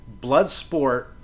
Bloodsport